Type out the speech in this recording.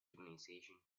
organization